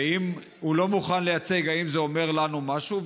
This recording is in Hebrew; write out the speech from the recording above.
ואם הוא לא מוכן לייצג, האם זה אומר לנו משהו?